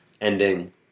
ending